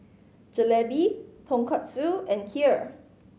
Jalebi Tonkatsu and Kheer